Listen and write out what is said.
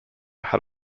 had